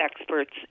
experts